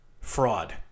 fraud